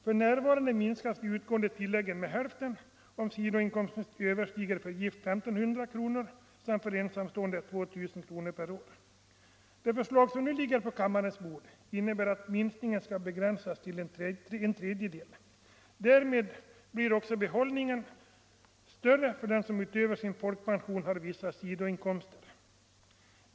För närvarande minskas de utgående tilläggen med hälften, om sidoinkomsten överstiger för gift 1500 kronor per person och för ensamstående 2 000 kronor per år. Det förslag som nu ligger på kammarens bord innebär att minskningen skall begränsas till en tredjedel. Därmed blir behållningen större för dem som utöver sin folkpension har vissa sidoinkomster.